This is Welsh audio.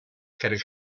cerrig